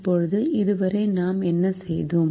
இப்போது இதுவரை நாம் என்ன செய்தோம்